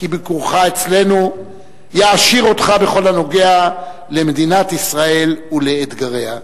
כי ביקורך אצלנו יעשיר אותך בכל הקשור למדינת ישראל ולאתגריה.